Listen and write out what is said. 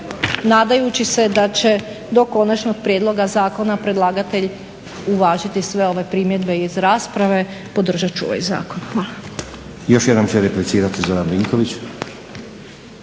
nadajući se da će do konačnog prijedloga zakona predlagatelj uvažiti sve ove primjedbe iz rasprave podržat ću ovaj zakon. Hvala.